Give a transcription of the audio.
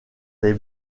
des